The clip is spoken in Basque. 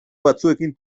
batzuekin